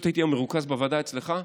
פשוט הייתי היום מרוכז בוועדה אצלך,